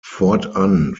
fortan